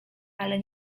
ale